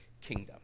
kingdom